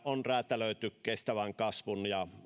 on räätälöity kestävän kasvun ja